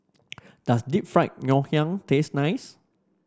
does Deep Fried Ngoh Hiang taste nice